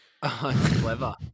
Clever